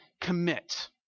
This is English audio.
commit